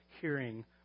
hearing